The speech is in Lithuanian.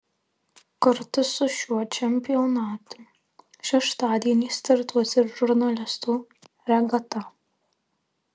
kartu su šiuo čempionatu šeštadienį startuos ir žurnalistų regata